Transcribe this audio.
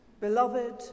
Beloved